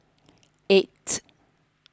eight